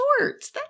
shorts